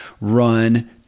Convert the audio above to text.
run